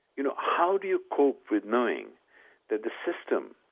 you know, how do you cope with knowing that the system,